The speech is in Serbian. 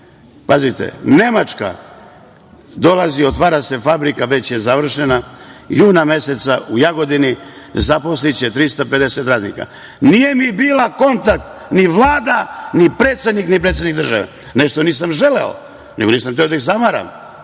Pazite, Nemačka dolazi, otvara se fabrika, već je završena, juna meseca u Jagodini. Zaposliće 350 radnika. Nije mi bila kontakt ni Vlada, ni predsednik, ni predsednik države. Ne što nisam želeo, nego nisam hteo da ih zamaram.